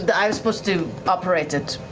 but i was supposed to operate it.